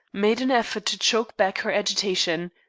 made an effort to choke back her agitation,